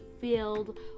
filled